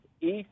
East